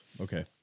okay